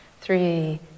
three